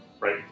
right